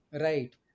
Right